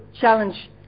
challenge